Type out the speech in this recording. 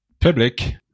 Public